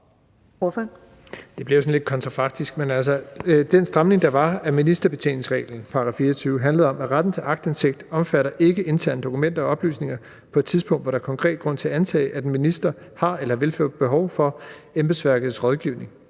jo sådan lidt kontrafaktisk, men altså, den stramning, der var, af ministerbetjeningsreglen, § 24, handlede om, at retten til aktindsigt ikke omfatter interne dokumenter og oplysninger på et tidspunkt, hvor der er konkret grund til at antage, at en minister har eller vil få behov for embedsværkets rådgivning